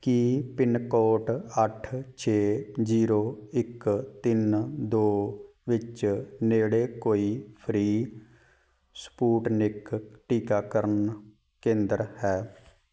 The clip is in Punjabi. ਕੀ ਪਿੰਨਕੋਡ ਅੱਠ ਛੇ ਜੀਰੋ ਇੱਕ ਤਿੰਨ ਦੋ ਵਿੱਚ ਨੇੜੇ ਕੋਈ ਫ੍ਰੀ ਸਪੁਟਨਿਕ ਟੀਕਾਕਰਨ ਕੇਂਦਰ ਹੈ